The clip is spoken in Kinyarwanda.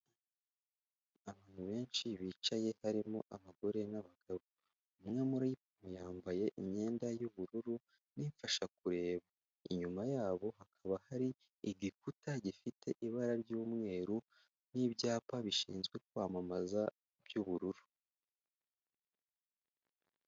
Abantu benshi bicaye harimo abagore n'abagabo. Umwe muri bo yambaye imyenda y'ubururu n'imfashakureba. Inyuma yabo hakaba hari igikuta gifite ibara ry'umweru n'ibyapa bishinzwe kwamamaza by'ubururu.